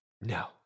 No